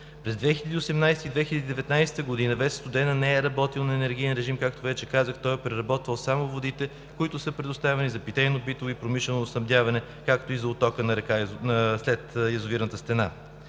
през 2018-а и 2019 г. ВЕЦ „Студена“ не е работила на енергиен режим, както вече казах, а са преработвани само водите, които са предоставени за питейно-битово и промишлено водоснабдяване, както и за оттока след язовирната стена.